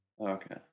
Okay